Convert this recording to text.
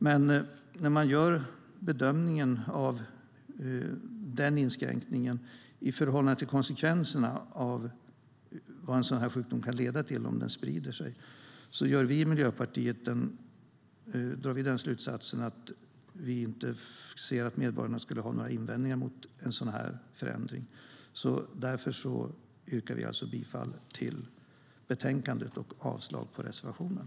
Men när man gör bedömningen av den inskränkningen i förhållande till konsekvenserna av om en sådan sjukdom sprider sig, drar vi i Miljöpartiet slutsatsen att medborgarna inte skulle ha några invändningar mot en sådan förändring. Därför yrkar jag bifall till förslaget i betänkandet och avslag på reservationen.